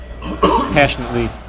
passionately